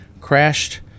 crashed